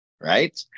right